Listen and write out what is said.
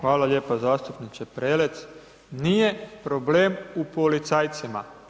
Hvala lijepo zastupniče Prelec, nije problem u policajcima.